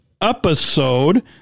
episode